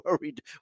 worried